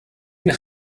энэ